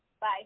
Bye